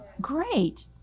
great